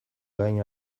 gain